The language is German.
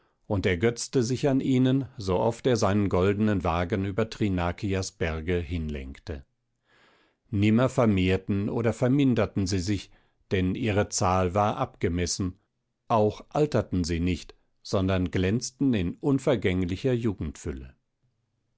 und ergötzte sich an ihnen so oft er seinen goldenen wagen über thrinakias berge hinlenkte nimmer vermehrten oder verminderten sie sich denn ihre zahl war abgemessen auch alterten sie nicht sondern glänzten in unvergänglicher